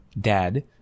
dad